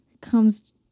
comes